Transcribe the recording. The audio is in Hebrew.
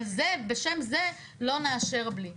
אבל בשם זה לא נאשר בלי.